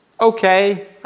Okay